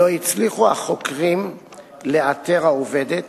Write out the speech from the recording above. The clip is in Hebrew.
לא הצליחו החוקרים לאתר את העובדת